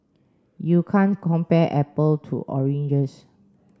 you can't compare apple to oranges